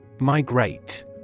Migrate